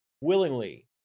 willingly